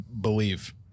believe